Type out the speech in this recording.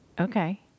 Okay